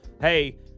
Hey